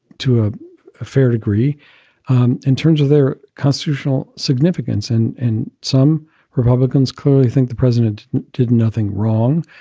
to a fair degree um in terms of their constitutional significance. and and some republicans clearly think the president did nothing wrong.